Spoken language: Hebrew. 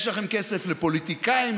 יש לכם כסף לפוליטיקאים,